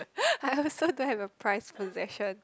I also don't have a prized possession